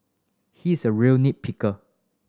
he is a real nit picker